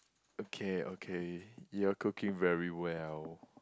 okay okay your cooking very well